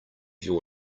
your